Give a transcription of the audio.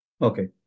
Okay